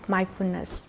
Mindfulness